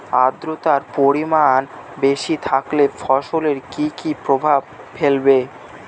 আদ্রর্তার পরিমান বেশি থাকলে ফসলে কি কি প্রভাব ফেলবে?